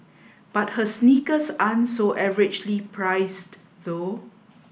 but her sneakers aren't so averagely priced though